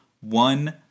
one